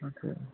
ਅੱਛਾ